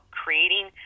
creating